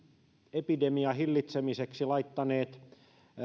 epidemian hillitsemiseksi laittaneet